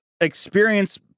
experience